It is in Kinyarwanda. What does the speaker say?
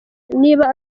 niba